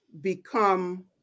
become